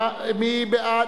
מי בעד?